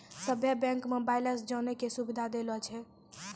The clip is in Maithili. सभे बैंक मे बैलेंस जानै के सुविधा देलो छै